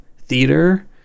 theater